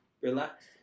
relax